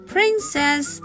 Princess